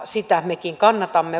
sitä mekin kannatamme